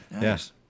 yes